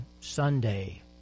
Sunday